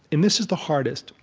and this is the hardest,